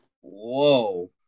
Whoa